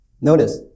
notice